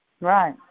Right